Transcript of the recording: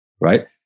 Right